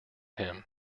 him